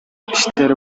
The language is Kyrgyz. иштери